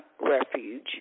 refuge